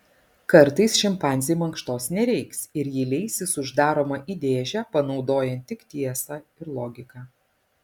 kartais šimpanzei mankštos nereiks ir ji leisis uždaroma į dėžę panaudojant tik tiesą ir logiką